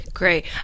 Great